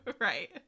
Right